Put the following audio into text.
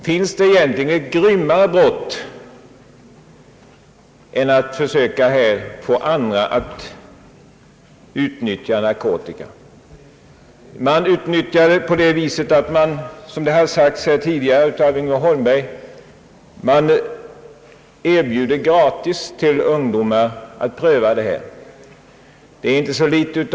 Finns det egentligen ett grymmare brott än att försöka få andra att utnyttja narkotika? Som herr Holmberg sade tidigare erbjuder man ungdomar att pröva narkotika gratis.